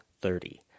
thirty